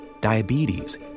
diabetes